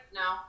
no